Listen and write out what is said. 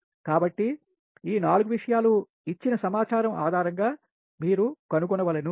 కాబట్టి ఈ నాలుగు విషయాలు ఇచ్చిన సమాచారం ఆధారం గా మీరు కనుగొనవలెను